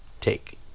take